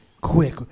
quick